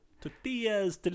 Tortillas